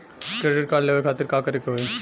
Credit card लेवे खातिर का करे के होई?